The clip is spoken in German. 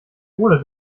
oder